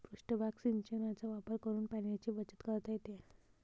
पृष्ठभाग सिंचनाचा वापर करून पाण्याची बचत करता येते